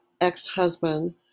ex-husband